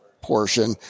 portion